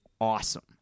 awesome